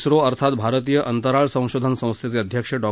झो अर्थात भारतीय अंतराळ संशोधन संस्थेचे अध्यक्ष डॉ